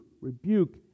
rebuke